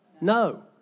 No